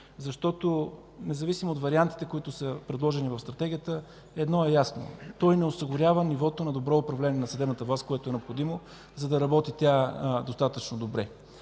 защото независимо от вариантите, които са предложени от Стратегията, едно е ясно – той не осигурява нивото на добро управление на съдебната власт, което е необходимо, за да работи тя достатъчно добре.